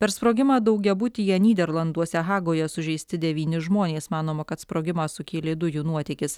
per sprogimą daugiabutyje nyderlanduose hagoje sužeisti devyni žmonės manoma kad sprogimą sukėlė dujų nuotėkis